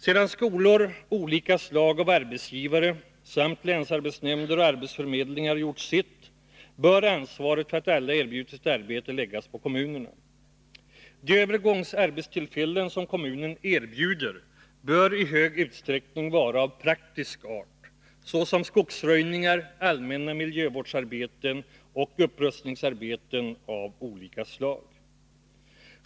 Sedan skolor, olika slag av arbetsgivare samt länsarbetsnämnder och arbetsförmedlingar gjort sitt bör ansvaret för att alla erbjuds ett arbete läggas på kommunerna. De ”övergångsarbetstillfällen” som kommunen erbjuder bör i stor utsträckning vara av praktisk art, såsom skogsröjningar, allmänna miljövårdsarbeten och upprustningsarbeten av olika slag.